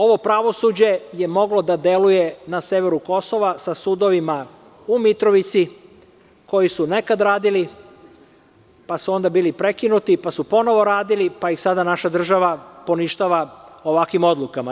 Ovo pravosuđe je moglo da deluje na severu Kosova sa sudovima u Mitrovici koji su nekad radili, pa su onda bili prekinuti, pa su ponovo radili, pa ih sada naša država poništava ovakvim odlukama.